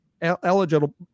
eligible